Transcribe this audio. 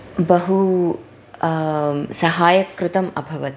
बहु सहायकं कृतम् अभवत्